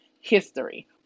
history